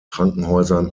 krankenhäusern